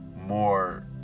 more